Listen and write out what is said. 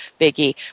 biggie